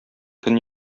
көн